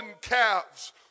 calves